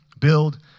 Build